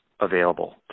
available